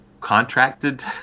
contracted